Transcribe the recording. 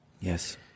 Yes